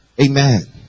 Amen